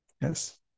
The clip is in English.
Yes